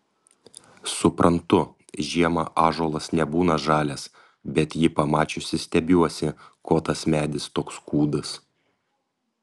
suprantu žiemą ąžuolas nebūna žalias bet jį pamačiusi stebiuosi ko tas medis toks kūdas